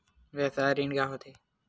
व्यवसाय ऋण का होथे?